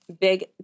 big